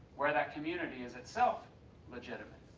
where that community is itself legitimate.